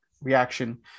reaction